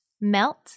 Melt